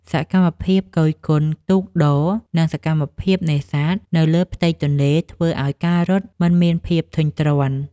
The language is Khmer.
សកម្មភាពគយគន់ទូកដរ និងសកម្មភាពនេសាទនៅលើផ្ទៃទន្លេ ធ្វើឱ្យការរត់មិនមានភាពធុញទ្រាន់។